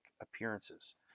appearances